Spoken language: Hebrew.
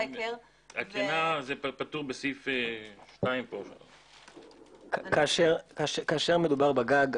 הקרינה זה פטור בסעיף 2. כאשר מדובר בגג,